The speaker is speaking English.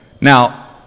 Now